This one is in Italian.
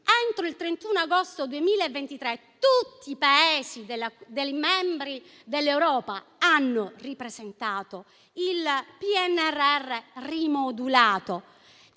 Entro il 31 agosto 2023 tutti i Paesi membri dell'Unione hanno ripresentato il PNRR rimodulato.